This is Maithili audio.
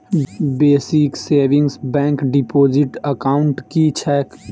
Basic savings bank deposit account की छैक?